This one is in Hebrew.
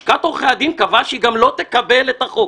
לשכת עורכי הדין קבעה שהיא גם לא תקבל את החוק.